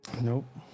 nope